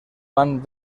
van